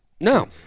No